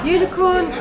Unicorn